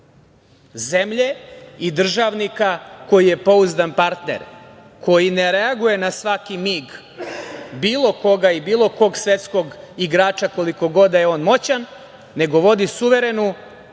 zemlje i državnika koji je pouzdan partner, koji ne reaguje na svaki mig bilo koga i bilo kog svetskog igrača, koliko god da je on moćan, nego vodi suverenu